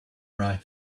right